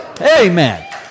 Amen